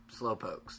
Slowpokes